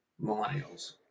millennials